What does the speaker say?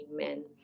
Amen